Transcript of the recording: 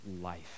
life